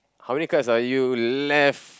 how many class are you left